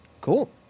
Cool